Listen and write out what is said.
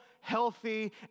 healthy